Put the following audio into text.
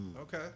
Okay